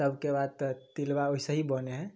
तबके बाद तऽ तिलबा ओहिसे ही बनै हइ